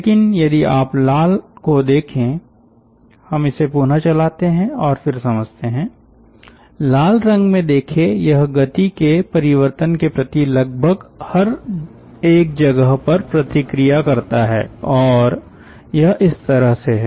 लेकिन यदि आप लाल को देखे हम इसे पुनः चलाते हैं और फिर समझते हैं लाल रंग में देखें यह गति के परिवर्तन के प्रति लगभग हर एक जगह पर प्रतिक्रिया करता है और यह इस तरह से है